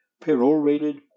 perorated